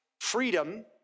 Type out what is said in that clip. freedom